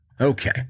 Okay